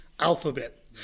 Alphabet